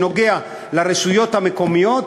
שנוגע לרשויות המקומיות,